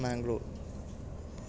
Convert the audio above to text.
Mangalore